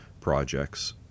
projects